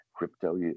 crypto